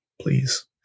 please